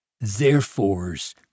therefore's